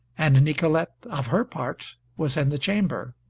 and nicolete, of her part, was in the chamber.